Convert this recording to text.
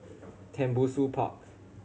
Tembusu Park